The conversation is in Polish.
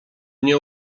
nie